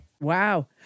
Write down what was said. Wow